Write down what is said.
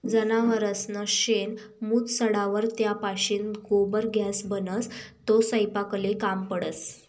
जनावरसनं शेण, मूत सडावर त्यापाशीन गोबर गॅस बनस, तो सयपाकले काम पडस